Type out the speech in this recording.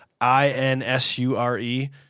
i-n-s-u-r-e